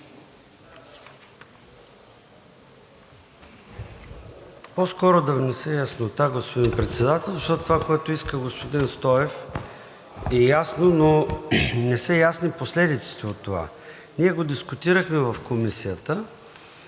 По-скоро да внеса яснота, господин Председател, защото това, което иска господин Стоев, е ясно, но не са ясни последиците от това. Ние го дискутирахме в Комисията